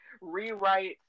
rewrite